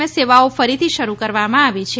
S સેવાઓ ફરીથી શરૃ કરવામાં આવી છે